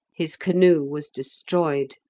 his canoe was destroyed.